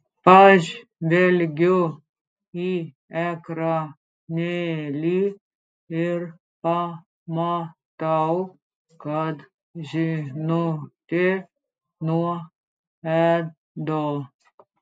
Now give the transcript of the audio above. pažvelgiu į ekranėlį ir pamatau kad žinutė nuo edo